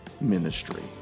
ministry